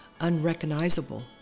unrecognizable